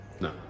No